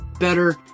better